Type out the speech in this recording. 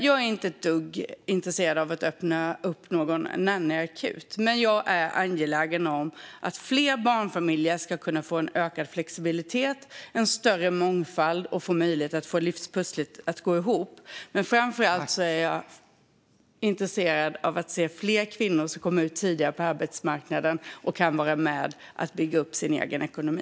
Jag är inte ett dugg intresserad av att öppna upp någon nannyakut, men jag är angelägen om att fler barnfamiljer ska kunna få en ökad flexibilitet, en större mångfald och en möjlighet att få livspusslet att gå ihop. Men framför allt är jag intresserad av att se fler kvinnor komma ut tidigare på arbetsmarknaden och vara med och bygga upp sin egen ekonomi.